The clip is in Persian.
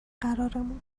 قرارمون